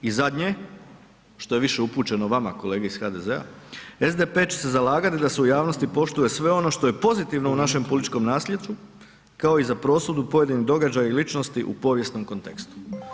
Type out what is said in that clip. I zadnje, što je više upućeno vama, kolege iz HDZ-a, SDP će se zalagati da se u javnosti poštuje sve ono što je pozitivno u našem političkom nasljeđu, kao i za prosudu pojedinom događaju i ličnosti u povijesnom kontekstu.